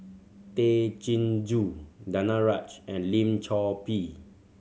Tay Chin Joo Danaraj and Lim Chor Pee